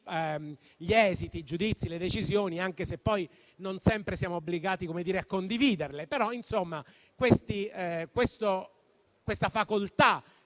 esiti, giudizi, decisioni, anche se poi non sempre siamo obbligati a condividerli. Insomma, la facoltà